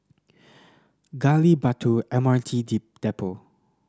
Gali Batu M R T T Depot